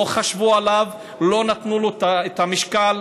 לא חשבו עליו, לא נתנו לו את המשקל,